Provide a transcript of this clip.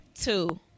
two